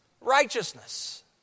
righteousness